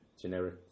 generic